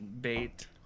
bait